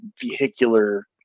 vehicular